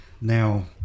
Now